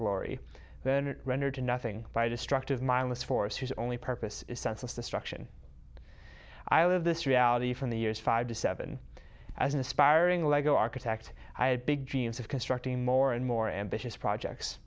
rendered to nothing by destructive mindless force whose only purpose is senseless destruction i live this reality from the years five to seven as an aspiring lego architect i had big dreams of constructing more and more ambitious projects